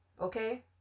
Okay